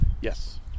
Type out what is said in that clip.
Yes